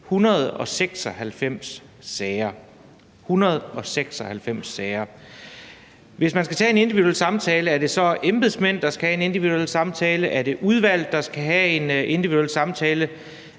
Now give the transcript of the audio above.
196 sager. Hvis man skal tage en individuel samtale, er det så embedsmænd, der skal tage en individuel samtale, eller er det udvalget, der skal tage en individuel samtale?